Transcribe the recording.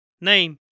Name